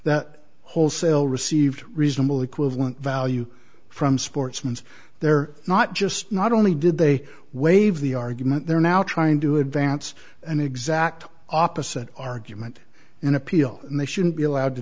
that wholesale received reasonable equivalent value from sportsman's they're not just not only did they waive the argument they're now trying to advance an exact opposite argument in appeal and they shouldn't be allowed to